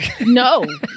no